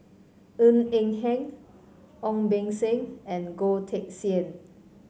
Ng Eng Hen Ong Beng Seng and Goh Teck Sian